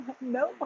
No